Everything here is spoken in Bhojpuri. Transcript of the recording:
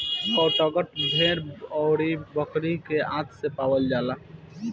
कैटगट भेड़ अउरी बकरी के आंत से बनावल जाला